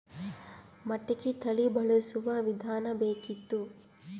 ಮಟಕಿ ತಳಿ ಬಳಸುವ ವಿಧಾನ ಬೇಕಿತ್ತು?